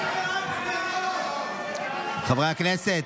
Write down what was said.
של חברי הכנסת דבי ביטון וקבוצת חברי הכנסת.